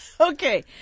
Okay